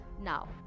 Now